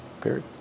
period